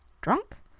drunk?